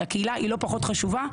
כי הקהילה היא לא פחות חשובה,